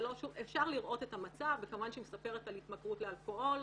אפשר לראות את המצב וכמובן שהיא מספרת על התמכרות לאלכוהול,